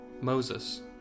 Moses